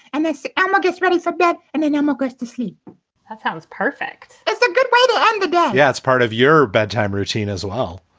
and this emma gets ready for bed and then emma goes to sleep. that sounds perfect. that's a good way to go um but yeah yeah, it's part of your bedtime routine as well.